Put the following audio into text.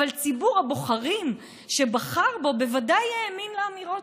אבל ציבור הבוחרים שבחר בו בוודאי האמין לאמירות